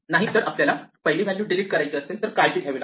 नाहीतर आपल्याला पहिली व्हॅल्यू डिलीट करायची असेल तर काळजी घ्यावी लागते